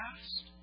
past